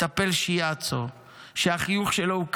מנהל הפאב הקהילתי בקיבוץ, הפאב השומם בהיעדרו,